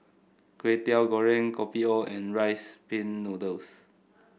Kway Teow Goreng Kopi O and Rice Pin Noodles